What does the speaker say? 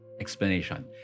explanation